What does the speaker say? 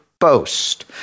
boast